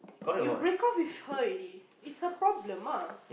you break off with her already is her problem ah